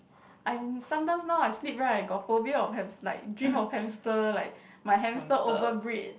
I'm sometimes now I sleep right got phobia of hams~ like dream of hamster like my hamster overbreed